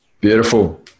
Beautiful